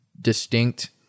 distinct